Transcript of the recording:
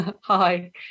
Hi